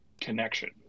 connection